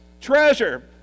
Treasure